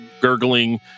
gurgling